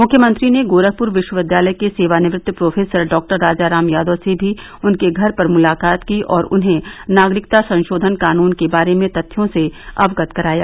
मुख्यमंत्री ने गोरखपुर विश्वविद्यालय के सेवानिवृत्त प्रोफेसर डॉ राजाराम यादव से भी उनके घर पर मुलाकात की और उन्हें नागरिकता संशोधन कानून के बारे में तथ्यों से अवगत कराया